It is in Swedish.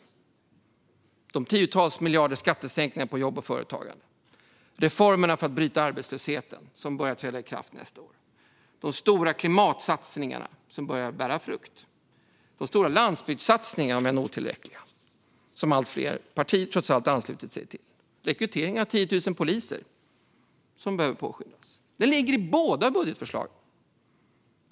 Det är de tiotals miljarderna i skattesänkningar på både jobb och företagande och reformerna för att bryta arbetslösheten som börjar träda i kraft nästa år. Det är de stora klimatsatsningarna som börjar bära frukt och de stora men otillräckliga landsbygdsatsningarna, som allt fler partier trots allt anslutit sig till. Det är rekryteringar av 10 000 poliser som behöver påskyndas. Detta ligger i båda budgetförslagen.